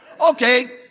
Okay